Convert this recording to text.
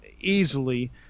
Easily